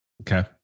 Okay